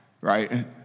right